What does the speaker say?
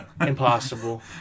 impossible